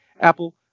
apple